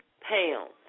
pounds